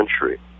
century